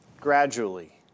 gradually